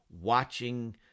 watching